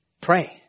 Pray